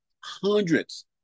hundreds